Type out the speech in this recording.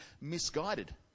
misguided